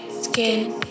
Skin